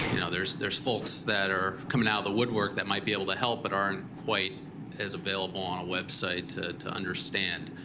you know there's there's folks that are coming out of the woodwork that might be able to help, but aren't quite as available on a website to to understand.